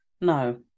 No